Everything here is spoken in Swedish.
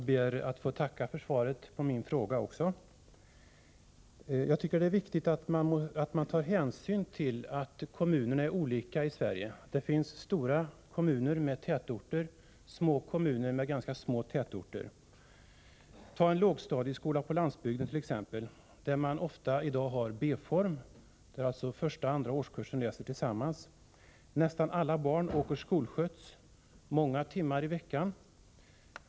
Herr talman! Även jag ber att få tacka för svaret. Jag tycker det är viktigt att man tar hänsyn till att kommunerna i Sverige är olika. Det finns stora tätortskommuner och kommuner med ganska små tätorter. en lågstadieskola på landsbygden, där man i dag ofta har B-form, dvs. att första och andra årskursen läser tillsammans. Nästan alla barn åker skolskjuts många timmar i veckan.